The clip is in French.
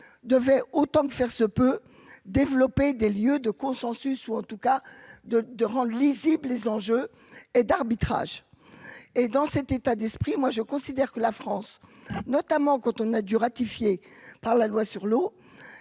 devait autant que faire se peut développer des lieux de consensus ou en tout cas de de rendre lisible les enjeux et d'arbitrage et dans cet état d'esprit, moi je considère que la France, notamment quand on a dû ratifier par la loi sur l'eau